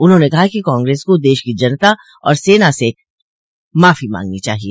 उन्होंने कहा कि कांग्रेस को देश की जनता और सेना से माफो मांगनी चाहिए